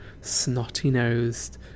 snotty-nosed